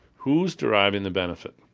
who's deriving the benefit?